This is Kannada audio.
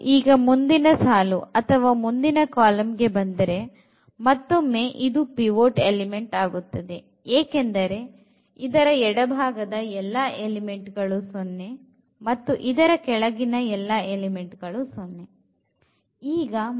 ಮತ್ತು ಈಗ ಮುಂದಿನ ಸಾಲು ಅಥವಾ ಮುಂದಿನ ಕಾಲಂ ಗೆ ಬಂದರೆ ಮತ್ತೊಮ್ಮೆ ಇದು ಪಿವೊಟ್ ಎಲಿಮೆಂಟ್ ಆಗುತ್ತದೆ ಏಕೆಂದರೆ ಇದರ ಎಡಭಾಗದ ಎಲ್ಲಾ ಎಲಿಮೆಂಟ್ ಗಳು 0 ಮತ್ತು ಇದರ ಕೆಳಗಿನ ಎಲ್ಲ ಎಲಿಮೆಂಟ್ ಗಳು ಕೂಡ 0